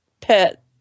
pet